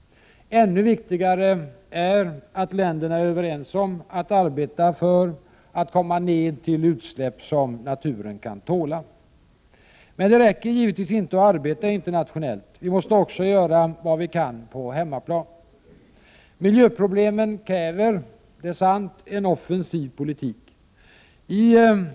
Ännu viktigare är att länderna är överens om att arbeta för att komma ned till utsläpp som naturen kan tåla. Men det räcker givetvis inte att arbeta internationellt. Vi måste också göra vad vi kan på hemmaplan. Miljöproblemen kräver — det är sant — en offensiv politik. I propositionen — Prot.